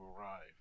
arrive